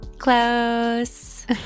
close